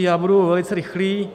Já budu velice rychlý.